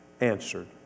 Answered